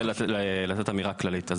לתת אמירה כללית.